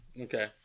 okay